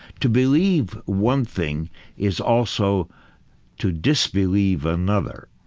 to believe one thing is also to disbelieve another.